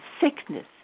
sickness